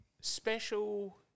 special